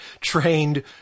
trained